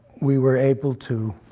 we were able to